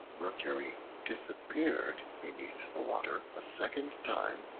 mercury disappeared beneath the water a second time,